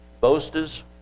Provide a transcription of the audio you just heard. boasters